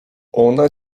ona